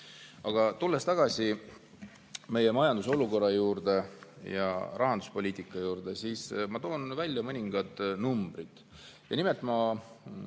Aga tulles tagasi meie majanduse olukorra ja rahanduspoliitika juurde, toon välja mõningad numbrid. Ja nimelt,